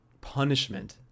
punishment